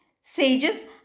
Sages